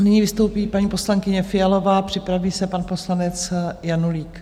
Nyní vystoupí paní poslankyně Fialová, připraví se pan poslanec Janulík.